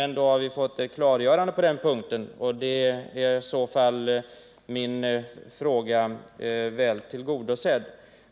Nu har vi fått ett klargörande på den här punkten, och min önskan är i den delen väl tillgodosedd.